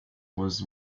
was